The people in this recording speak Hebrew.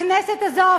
הכנסת הזו,